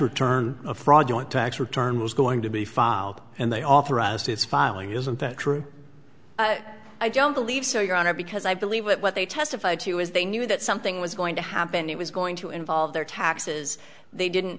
return a fraud joint tax return was going to be filed and they authorized its filing isn't that true i don't believe so your honor because i believe what they testified to is they knew that something was going to happen it was going to involve their taxes they didn't